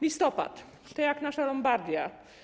Listopad - to jak nasza Lombardia.